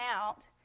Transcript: out